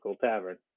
Tavern